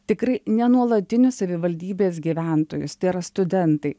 tikrai nenuolatinius savivaldybės gyventojus tai yra studentai